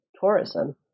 tourism